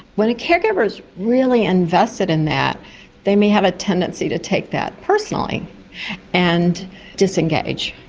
when a caregiver is really invested in that they may have a tendency to take that personally and disengage.